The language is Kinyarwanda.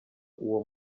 uwo